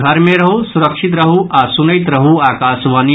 घर मे रहू सुरक्षित रहू आ सुनैत रहू आकाशवाणी